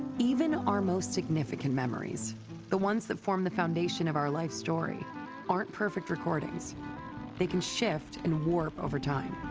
even our most significant memories the ones that form the foundation of our life story aren't perfect recordings they can shift and warp over time.